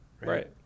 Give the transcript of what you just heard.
Right